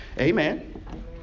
Amen